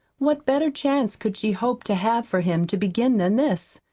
what better chance could she hope to have for him to begin than this?